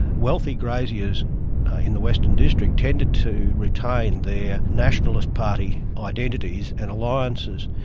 wealthy graziers in the western districts, tended to retain their nationalist party identities and alliances,